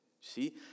See